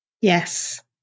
Yes